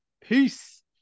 peace